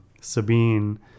Sabine